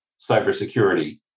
cybersecurity